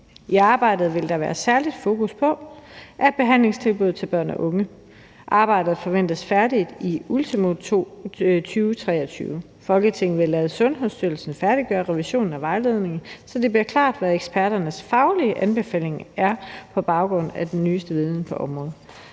I arbejdet vil der være særligt fokus på behandlingstilbuddet til børn og unge. Arbejdet forventes færdigt ultimo 2023. Folketinget vil lade Sundhedsstyrelsen færdiggøre revisionen af vejledningen, så det bliver klart, hvad eksperternes faglige anbefaling er på baggrund af den nyeste viden på området.«